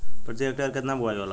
प्रति हेक्टेयर केतना बुआई होला?